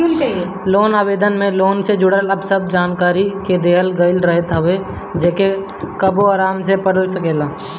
loan आवेदन में loan से जुड़ल सब जानकरी के देहल गईल रहत हवे जेके तू कबो आराम से पढ़ सकेला